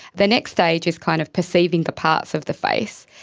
the next stage is kind of perceiving the parts of the face,